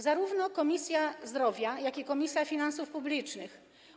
Zarówno Komisja Zdrowia, jak i Komisja Finansów Publicznych,